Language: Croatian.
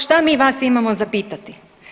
Šta mi vas imamo za pitati?